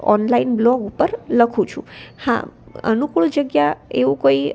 online blog ઉપર લખું છું હા અનુકૂળ જગ્યા એવું કોઈ